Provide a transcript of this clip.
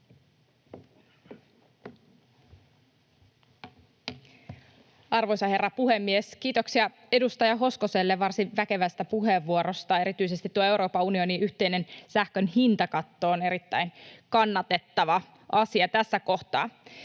Arvoisa herra puhemies! Kiitoksia edustaja Hoskoselle varsin väkevästä puheenvuorosta. Erityisesti tuo Euroopan unionin yhteinen sähkön hintakatto on erittäin kannatettava asia tässä kohtaa.